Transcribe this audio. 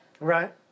Right